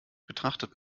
betrachtet